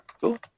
Cool